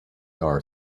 are